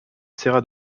serra